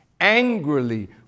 angrily